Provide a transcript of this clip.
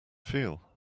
feel